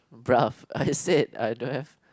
bro I said I don't have